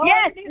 Yes